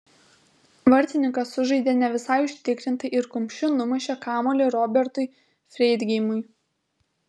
vartininkas sužaidė ne visai užtikrinai ir kumščiu numušė kamuolį robertui freidgeimui